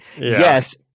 yes